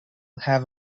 have